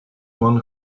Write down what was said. one